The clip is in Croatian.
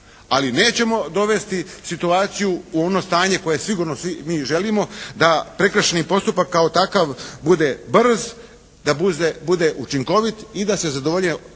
ali nećemo dovesti situaciju u ono stanje koje sigurno mi svi želimo da prekršajni postupak kao takav bude brz, da bude učinkovit i da se zadovolji uz načelo